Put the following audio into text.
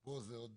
פה זה עוד